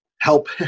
help